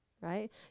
right